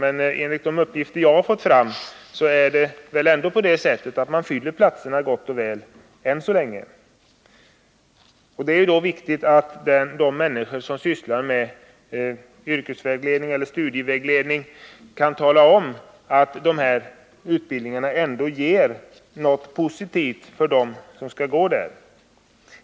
Men enligt de uppgifter jag har fått fram fyller man än så länge platserna gott och väl. Då är det viktigt att de människor som sysslar med yrkesvägledning eller studievägledning kan tala om att den här utbildningen ändå ger något positivt för dem som genomgår den.